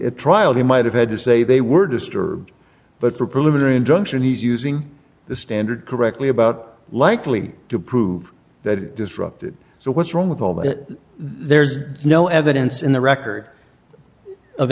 a trial he might have had to say they were disturbed but for preliminary injunction he's using the standard correctly about likely to prove that disrupted so what's wrong with all that there's no evidence in the record of